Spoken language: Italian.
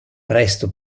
presto